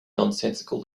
nonsensical